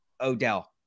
Odell